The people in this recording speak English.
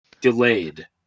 delayed